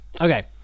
Okay